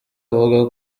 avuga